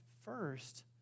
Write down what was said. first